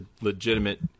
legitimate